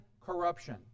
corruption